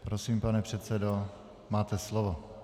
Prosím, pane předsedo, máte slovo.